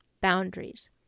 boundaries